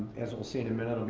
as we'll see in a minute,